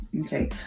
okay